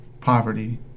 poverty